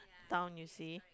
town you see